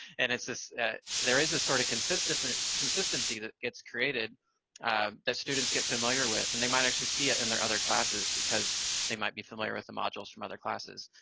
and it's this there is this sort of consistent consistent consistency that gets created that students get familiar with, and they might actually see it in their other classes because they might be familiar with the modules from other classes.